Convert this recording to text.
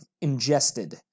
ingested